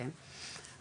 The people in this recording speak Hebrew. כן,